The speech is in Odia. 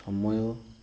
ସମୟ